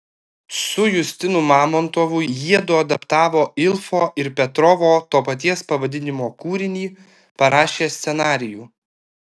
su justinu mamontovu jiedu adaptavo ilfo ir petrovo to paties pavadinimo kūrinį parašė scenarijų